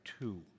two